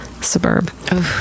suburb